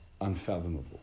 unfathomable